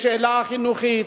יש שאלה חינוכית,